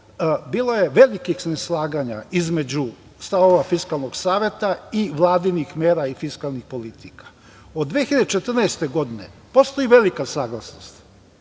bilo je velikih neslaganja između stavova Fiskalnog saveta i vladinih mera i fiskalnih politika. Od 2014. godine postoji velika saglasnost,